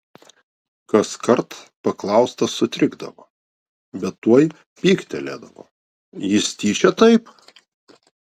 kaskart paklaustas sutrikdavo bet tuoj pyktelėdavo jis tyčia taip